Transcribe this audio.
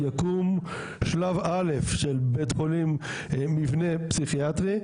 יקום שלב א' של בית חולים מבנה פסיכיאטרי.